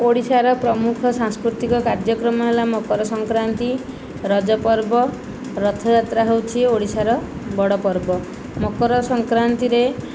ଓଡ଼ିଶାର ପ୍ରମୁଖ ସାଂସ୍କୃତିକ କାର୍ଯ୍ୟକ୍ରମ ହେଲା ମକର ସଂକ୍ରାନ୍ତି ରଜପର୍ବ ରଥଯାତ୍ରା ହେଉଛି ଓଡ଼ିଶାର ବଡ଼ପର୍ବ ମକର ସଂକ୍ରାନ୍ତିରେ